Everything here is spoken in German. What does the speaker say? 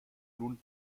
nun